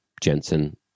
Jensen